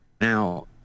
Now